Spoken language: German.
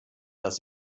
dass